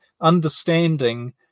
understanding